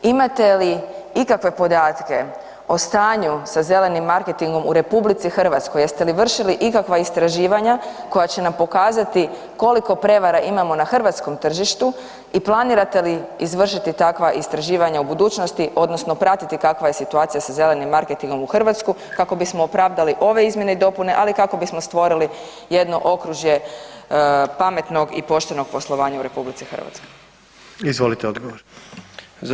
Imate li ikakve podatke o stanju sa Zelenim marketingom u RH, jeste li vršili ikakva istraživanja koja će nam pokazati koliko prevara imamo na hrvatskom tržištu i planirate li izvršiti takva istraživanja u budućnosti, odnosno pratiti kakva je situacija sa Zelenim marketingom u Hrvatsku, kako bismo opravdali ove izmjene i dopune, ali kako bismo stvorili jedno okružje pametnog i poštenog poslovanja u RH?